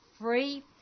free